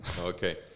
okay